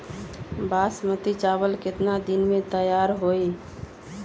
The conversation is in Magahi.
बासमती चावल केतना दिन में तयार होई?